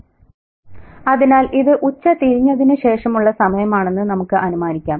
' അതിനാൽ ഇത് ഉച്ചതിരിഞ്ഞതിനു ശേഷമുള്ള സമയമാണെന്ന് നമുക്ക് അനുമാനിക്കാം